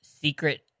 secret